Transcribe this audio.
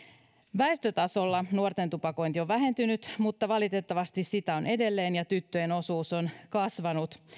väestötasolla nuorten tupakointi on vähentynyt mutta valitettavasti sitä on edelleen ja tyttöjen osuus on kasvanut